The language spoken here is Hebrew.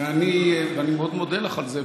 ואני מאוד מודה לך על זה,